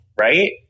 right